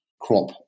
crop